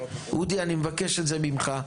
אודי אני מבקש את זה ממך,